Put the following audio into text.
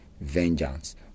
vengeance